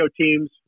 teams